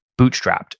bootstrapped